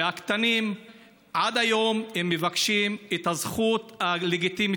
והקטנים עד היום מבקשים את הזכות הלגיטימית